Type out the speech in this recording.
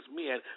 men